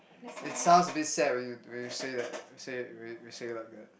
it sounds a bit sad when you when you say that say it when you say it like that